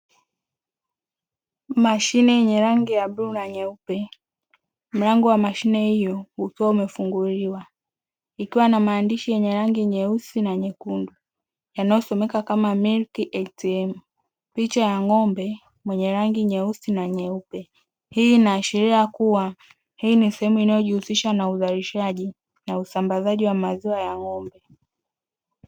Mashine yenye rangi ya bluu na nyeupe mlango wa mashine hiyo ukiwa umefunguliwa, ikiwa na maandishi yenye rangi nyeusi na nyekundu yanayosomeka kama "MILK ATM"; picha ya ng'ombe mwenye rangi nyeusi na nyeupe. Hii inaashiria kuwa hii ni sehemu inayojihusisha na uzalishaji na usambazaji wa maziwa ya ng'ombe.